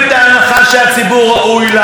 ורק היום מעבירים סמכויות.